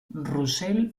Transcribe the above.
russell